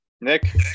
Nick